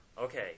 Okay